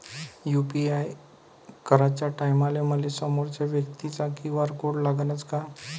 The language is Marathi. यू.पी.आय कराच्या टायमाले मले समोरच्या व्यक्तीचा क्यू.आर कोड लागनच का?